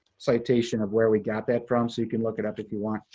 citation of where we got that from so you can look it up if you want.